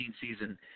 season